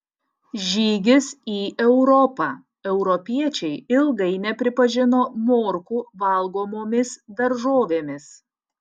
žygis į europą europiečiai ilgai nepripažino morkų valgomomis daržovėmis